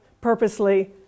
purposely